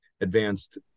advanced